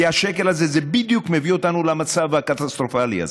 כי השקל הזה בדיוק מביא אותנו למצב הקטסטרופלי הזה.